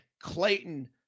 Clayton